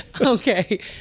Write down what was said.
Okay